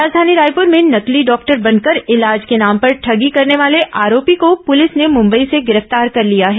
राजधानी रायपुर में नकली डॉक्टर बनकर इलाज के नाम पर ठगी करने वाले आरोपी को पुलिस ने मुंबई से गिरफ्तार कर लिया है